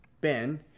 Ben